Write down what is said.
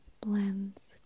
blends